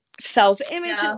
self-image